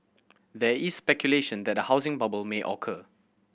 there is speculation that a housing bubble may occur